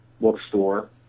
bookstore